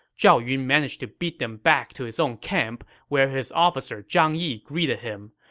zhao yun managed to beat them back to his own camp, where his officer zhang yi greeted him.